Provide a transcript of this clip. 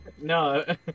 no